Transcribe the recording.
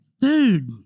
dude